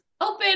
open